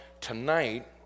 tonight